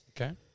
okay